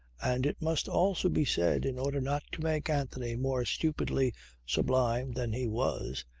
and it must also be said, in order not to make anthony more stupidly sublime than he was,